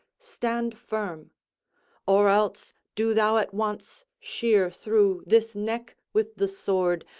stand firm or else do thou at once shear through this neck with the sword,